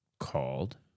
called